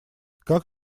как